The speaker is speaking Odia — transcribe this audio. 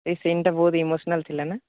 ଏ ସିନ୍ଟା ବହୁତ ଇମୋସନାଲ୍ ଥିଲା ନା